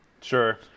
Sure